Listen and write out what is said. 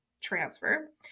transfer